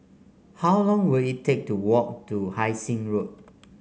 how long will it take to walk to Hai Sing Road